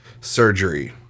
Surgery